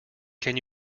can